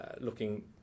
looking